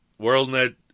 Worldnet